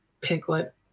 piglet